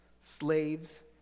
slaves